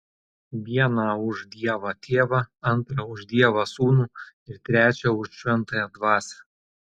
vieną už dievą tėvą antrą už dievą sūnų ir trečią už šventąją dvasią